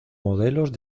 modelos